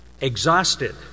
exhausted